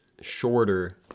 shorter